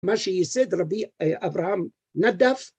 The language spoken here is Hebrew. מה שיסד רבי אברהם נדף